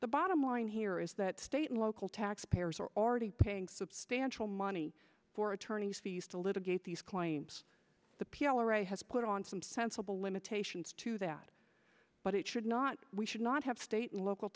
the bottom line here is that state and local taxpayers are already paying substantial money for attorney's fees to litigate these coins the p l o right has put on some sensible limitations to that but it should not we should not have state and local